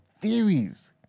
theories